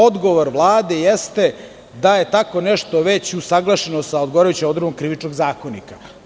Odgovor Vlade jeste da je tako nešto već usaglašeno sa odgovarajućom odredbom Krivičnog zakonika.